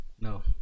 No